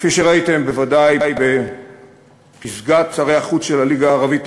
כפי שראיתם בוודאי בפסגת שרי החוץ של הליגה הערבית,